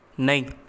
नहीं